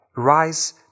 rise